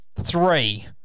three